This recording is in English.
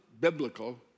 biblical